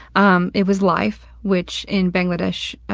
um, it was life, which, in bangladesh,